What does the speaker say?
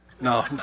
No